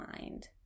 mind